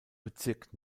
bezirk